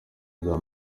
bwa